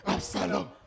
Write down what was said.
Absalom